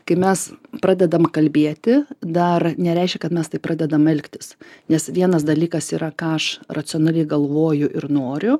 kai mes pradedam kalbėti dar nereiškia kad mes taip pradedam elgtis nes vienas dalykas yra ką aš racionaliai galvoju ir noriu